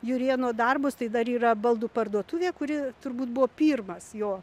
jurėno darbus tai dar yra baldų parduotuvė kuri turbūt buvo pirmas jo